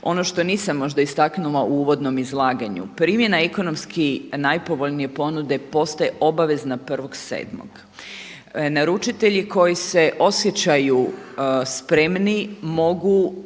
Ono što nisam možda istaknula u uvodnom izlaganju, primjena ekonomski najpovoljnije ponude postaje obavezna 1.7. Naručitelji koji se osjećaju spremni mogu